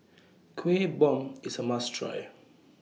Kuih Bom IS A must Try